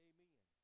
Amen